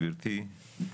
גברתי,